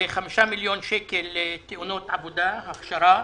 ו-5 מיליון שקל בעניין תאונות עבודה, להכשרה.